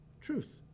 Truth